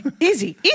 Easy